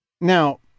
Now